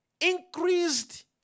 increased